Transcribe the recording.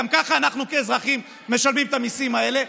גם ככה אנחנו כאזרחים משלמים את המיסים האלה.